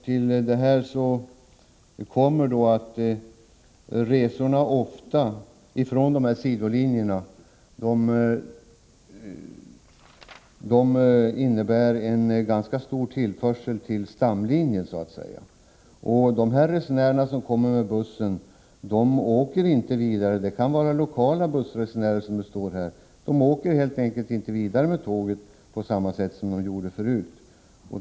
Till detta kommer att tågresenärer från sidolinjerna ofta innebär en ganska stor tillförsel till stamlinjen, medan de resenärer som kommer med buss inte åker vidare med tåg. Det kan vara lokala bussresenärer, som det står i svaret, som helt enkelt inte åker vidare med tåg på samma sätt som förut.